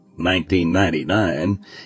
1999